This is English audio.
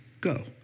go